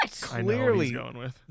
clearly